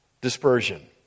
dispersion